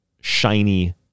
shiny